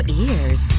ears